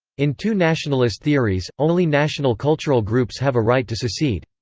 in two nationalist theories, only national cultural groups have a right to secede.